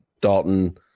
Dalton